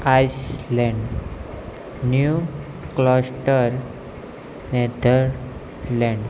ice land new gloucester Netherlands